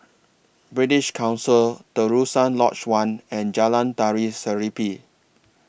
British Council Terusan Lodge one and Jalan Tari Serimpi